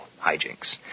hijinks